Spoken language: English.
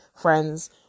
friends